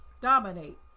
dominate